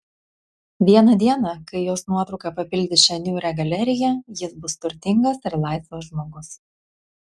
vieną dieną kai jos nuotrauka papildys šią niūrią galeriją jis bus turtingas ir laisvas žmogus